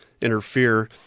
interfere